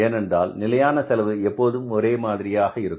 ஏனென்றால் நிலையான செலவு எப்போதும் ஒரே மாதிரியாக இருக்கும்